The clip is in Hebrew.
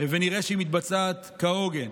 ונראה שהיא מתבצעת כהוגן,